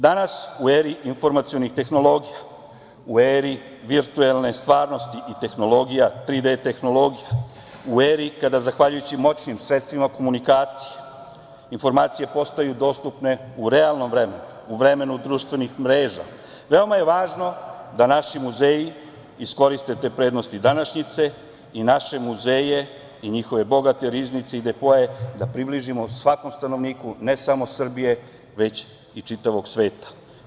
Danas u eri informacionih tehnologija, u eri virtuelne stvarnosti i 3D tehnologija, u eri kada zahvaljujući moćnim sredstvima komunikacije informacije postaju dostupne u realnom vremenu, u vremenu društvenih mreža, veoma je važno da naši muzeji iskoriste te prednosti današnjice i naše muzeje i njihove bogate riznice i depoe da približimo svakom stanovniku ne samo Srbije, već i čitavog sveta.